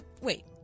Wait